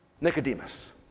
Nicodemus